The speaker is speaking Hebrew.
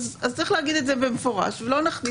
אז צריך לומר את זה במפורש ולא נכניס.